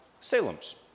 Salem's